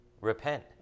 Repent